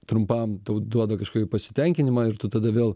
trumpam tau duoda kažkokį pasitenkinimą ir tu tada vėl